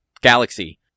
Galaxy